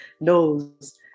knows